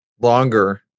longer